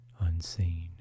unseen